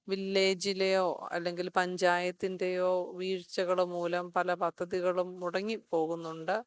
വില്ലേജിലെയോ അല്ലെങ്കിൽ പഞ്ചായത്തിൻറ്റേയോ വീഴ്ചകള് മൂലം പല പദ്ധതികളും മുടങ്ങിപ്പോകുന്നുണ്ട്